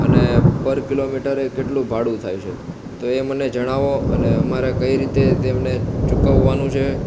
અને પર કિલોમીટરે કેટલું ભાડું થાય છે તો એ મને જણાવો અને અમારે કઈ રીતે તેમને ચૂકવવાનું છે